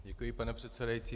Děkuji, pane předsedající.